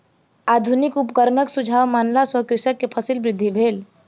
आधुनिक उपकरणक सुझाव मानला सॅ कृषक के फसील वृद्धि भेल